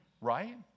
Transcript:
right